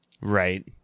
Right